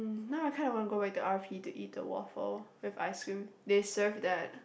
now I kind of wanna go back to R_P to eat the waffle with ice cream they serve that